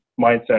mindset